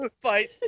fight